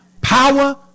power